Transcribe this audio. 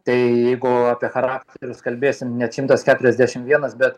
tai jeigu apie charakterius kalbėsim net šimtas keturiasdešim vienas bet